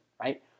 right